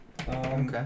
okay